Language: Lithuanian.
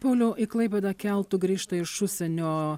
pauliau į klaipėdą keltu grįžta iš užsienio